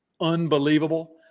unbelievable